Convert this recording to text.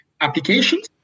applications